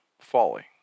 folly